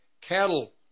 cattle